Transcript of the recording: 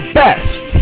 best